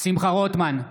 שמחה רוטמן,